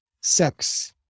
sex